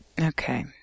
Okay